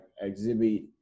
exhibit